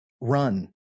Run